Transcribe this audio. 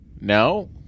No